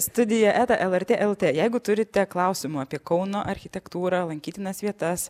studija eta lrt lt jeigu turite klausimų apie kauno architektūrą lankytinas vietas